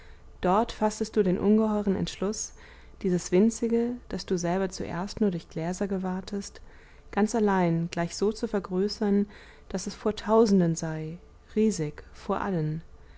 dort faßtest du den ungeheuren entschluß dieses winzige das du selber zuerst nur durch gläser gewahrtest ganz allein gleich so zu vergrößern daß es vor tausenden sei riesig vor allen